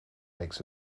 makes